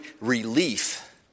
relief